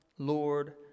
Lord